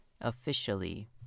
officially